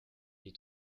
est